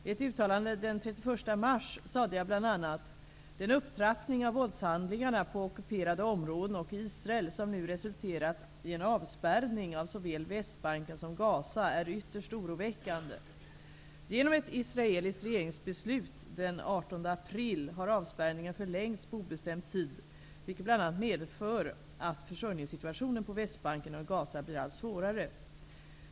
I ett uttalande den 31 mars sade jag bl.a.: ''Den upptrappning av våldshandlingarna på ockuperade områden och i Israel, som nu resulterat i en avspärrning av såväl Västbanken som Gaza, är ytterst oroväckande.'' Genom ett israeliskt regeringsbeslut den 18 april har avspärrningen förlängts på obestämd tid, vilket bl.a. medför att försörjningssituationen på Västbanken och i Gaza blir allt svårare.